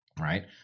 right